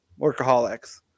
Workaholics